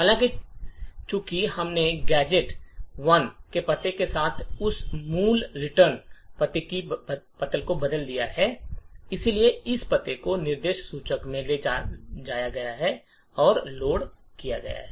हालाँकि चूंकि हमने गैजेट 1 के पते के साथ उस मूल रिटर्न पते को बदल दिया है इसलिए इस पते को निर्देश सूचक में ले जाया गया है और लोड किया गया है